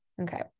Okay